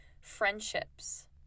friendships